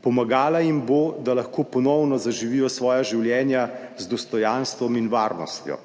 Pomagala jim bo, da lahko ponovno zaživijo svoja življenja z dostojanstvom in varnostjo.